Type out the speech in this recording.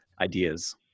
ideas